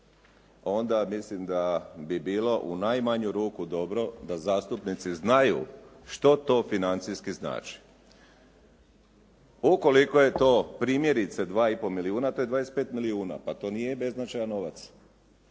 onda mislim da bi bilo u najmanju ruku dobro, da zastupnici znaju što to financijski znači. Ukoliko je to primjerice 2,5 milijuna, to je 25 milijuna. pa to nije beznačajan novac.